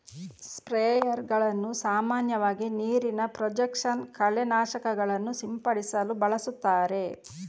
ಸ್ಪ್ರೇಯರುಗಳನ್ನು ಸಾಮಾನ್ಯವಾಗಿ ನೀರಿನ ಪ್ರೊಜೆಕ್ಷನ್ ಕಳೆ ನಾಶಕಗಳನ್ನು ಸಿಂಪಡಿಸಲು ಬಳಸುತ್ತಾರೆ